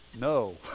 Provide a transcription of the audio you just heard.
no